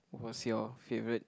was your favourite